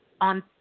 on